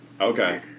Okay